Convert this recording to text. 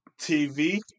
TV